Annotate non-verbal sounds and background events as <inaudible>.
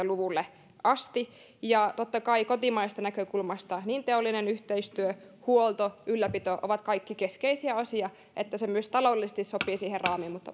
<unintelligible> luvulle asti totta kai kotimaisesta näkökulmasta niin teollinen yhteistyö kuin huolto ja ylläpito ovat kaikki keskeisiä osia että se myös taloudellisesti sopii siihen raamiin mutta <unintelligible>